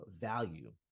value